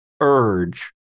urge